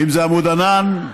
אם זה עמוד ענן,